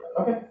Okay